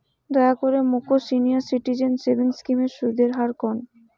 দয়া করে মোক সিনিয়র সিটিজেন সেভিংস স্কিমের সুদের হার কন